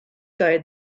guide